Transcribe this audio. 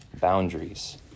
boundaries